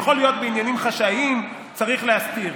יכול להיות שבעניינים חשאיים צריך להסתיר,